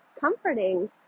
comforting